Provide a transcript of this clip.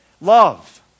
love